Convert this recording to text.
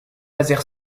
laser